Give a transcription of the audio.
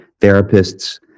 therapists